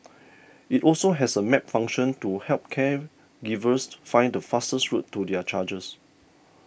it also has a map function to help caregivers find the fastest route to their charges